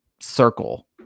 circle